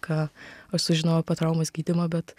ką aš sužinojau apie traumos gydymą bet